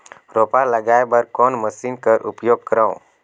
रोपा लगाय बर कोन मशीन कर उपयोग करव?